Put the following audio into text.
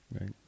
Right